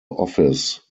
office